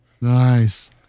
nice